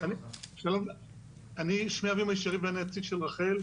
אני הנציג של רח"ל.